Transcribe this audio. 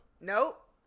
Nope